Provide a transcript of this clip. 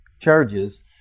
charges